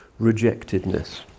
rejectedness